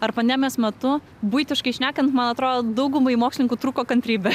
ar panemijos metu buitiškai šnekant man atro daugumai mokslininkų trūko kantrybė